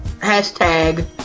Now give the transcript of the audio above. hashtag